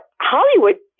Hollywood